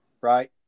right